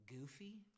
goofy